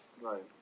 Right